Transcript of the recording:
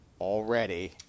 already